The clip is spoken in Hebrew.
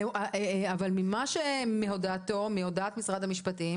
מהודעת משרד המשפטים